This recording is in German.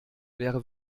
wäre